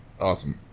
Awesome